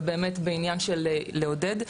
ובאמת בעניין של לעודד.